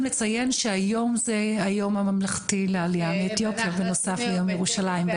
לציין שהיום היום הממלכתי לעלייה מאתיופיה בנוסף ליום ירושלים.